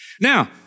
Now